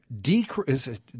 decrease